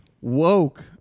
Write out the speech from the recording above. Woke